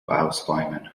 ausräumen